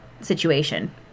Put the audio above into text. situation